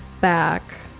back